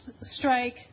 strike